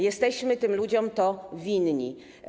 Jesteśmy tym ludziom to winni.